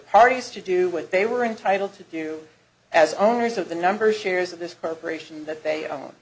parties to do what they were entitled to do as owners of the numbers shares of this program and that they